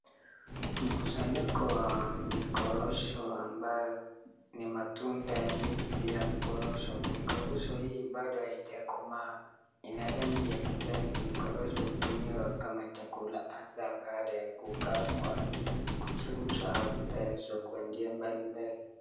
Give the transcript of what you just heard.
Mkusanyiko wa mikorosho ambayo ni matunda ya miti ya mkorosho. Mikorosho hii bado haijakomaa ina rangi ya kijani. Mikorosho hutumiwa kama chakula hasa baada ya kukaangwa, kuchema au kutayarihswa kwa njia mbalimbali.